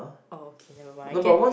oh okay never mind I get